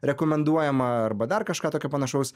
rekomenduojamą arba dar kažką tokio panašaus